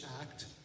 act